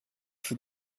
für